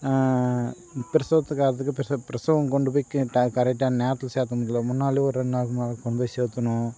பிரசவத்துக்கு ஆகிறதுக்கு பிரச பிரசவம் கொண்டு போய் கி டை கரெக்டான நேரத்தில் சேர்க்க முடில மூன்றுநாளு ஒரு ரெண்டு நாளுக்கு மூணு நாளுக்கு கொண்டு போய் சேர்த்துணும்